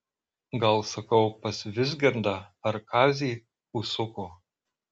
gal sakau pas vizgirdą ar kazį užsuko